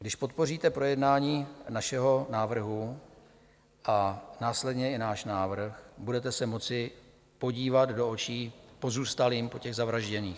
Když podpoříte projednání našeho návrhu a následně i náš návrh, budete se moci podívat do očí pozůstalým po těch zavražděných.